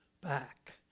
back